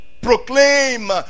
proclaim